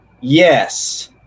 yes